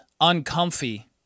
uncomfy